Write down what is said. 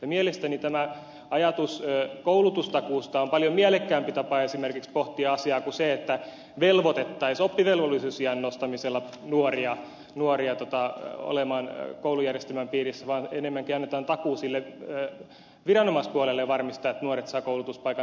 mielestäni tämä ajatus koulutustakuusta on paljon mielekkäämpi tapa esimerkiksi pohtia asiaa kuin se että velvoitettaisiin oppivelvollisuusiän nostamisella nuoria olemaan koulujärjestelmän piirissä vaan enemmänkin annetaan takuu sille viranomaispuolelle varmistaa että nuoret saavat koulutuspaikan